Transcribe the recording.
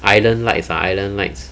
island lights ah island lights